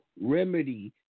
remedy